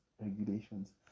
regulations